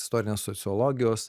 istorinės sociologijos